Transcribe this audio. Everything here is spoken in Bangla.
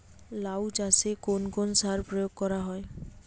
লাউ চাষে কোন কোন সার প্রয়োগ করা হয়?